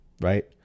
right